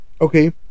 Okay